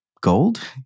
gold